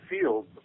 field